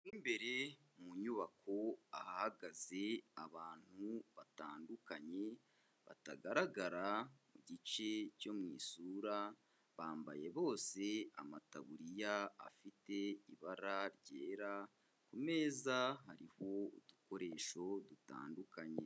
Mo imbere mu nyubako ahahagaze abantu batandukanye batagaragara mu gice cyo mu isura, bambaye bose amataburiya afite ibara ryera, ku meza hariho udukoresho dutandukanye.